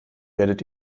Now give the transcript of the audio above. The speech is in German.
werdet